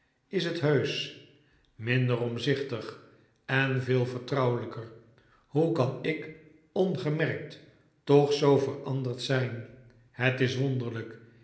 is t heusch minder omzichtig en veel vertrouwelijker hoe kan ik ongemerkt toch zoo veranderd zijn het is wonderlijk